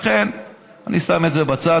לכן אני שם את זה בצד.